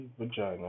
vagina